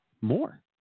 More